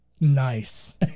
nice